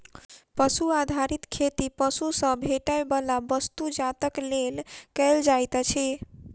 पशु आधारित खेती पशु सॅ भेटैयबला वस्तु जातक लेल कयल जाइत अछि